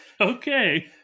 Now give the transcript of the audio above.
Okay